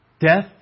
death